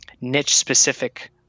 niche-specific